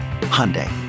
Hyundai